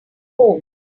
home